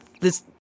this-